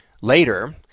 Later